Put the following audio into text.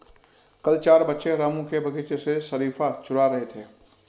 कल चार बच्चे रामू के बगीचे से शरीफा चूरा रहे थे